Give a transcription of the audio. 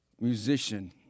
Musician